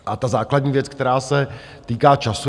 A ta základní věc, která se týká času.